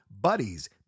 BUDDIES